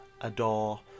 adore